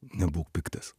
nebūk piktas